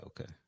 okay